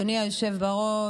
אדוני היושב בראש,